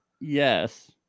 Yes